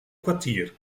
kwartier